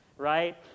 right